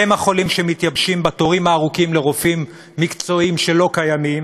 הם החולים שמתיישבים בתורים ארוכים לרופאים מקצועיים שלא קיימים,